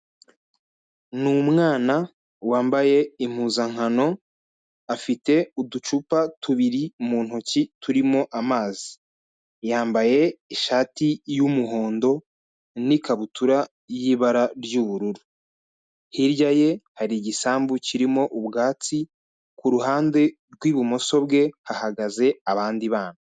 Ni umwana wambaye impuzankano, afite uducupa tubiri mu ntoki turimo amazi, yambaye ishati y'umuhondo n'ikabutura y'ibara ry'ubururu, hirya ye hari igisambu kirimo ubwatsi, ku ruhande rw'ibumoso bwe hahagaze abandi bana.